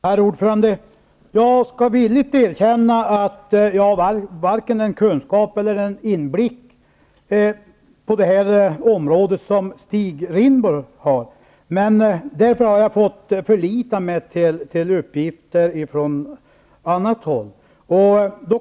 Herr talman! Jag skall villigt erkänna att jag inte har vare sig den kunskap eller den inblick på det här området som Stig Rindborg har. Därför har jag fått förlita mig på uppgifter från annat håll.